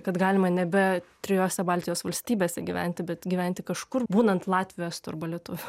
kad galima nebe trijose baltijos valstybėse gyventi bet gyventi kažkur būnant latvių estų arba lietuviu